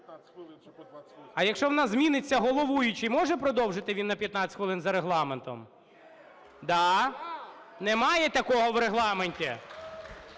А якщо у нас зміниться головуючий, може він продовжити на 15 хвилин за Регламентом? Да. Немає такого в Регламенті.